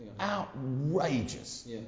Outrageous